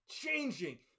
changing